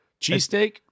Cheesesteak